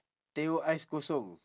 teh O ice kosong